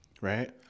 right